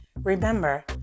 Remember